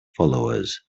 followers